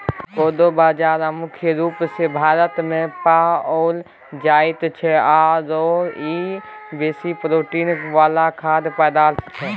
कोदो बाजरा मुख्य रूप सँ भारतमे पाओल जाइत छै आओर ई बेसी प्रोटीन वला खाद्य पदार्थ छै